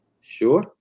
Sure